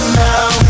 now